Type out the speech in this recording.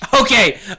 Okay